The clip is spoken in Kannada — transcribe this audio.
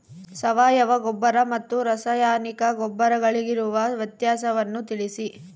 ಸಾವಯವ ಗೊಬ್ಬರ ಮತ್ತು ರಾಸಾಯನಿಕ ಗೊಬ್ಬರಗಳಿಗಿರುವ ವ್ಯತ್ಯಾಸಗಳನ್ನು ತಿಳಿಸಿ?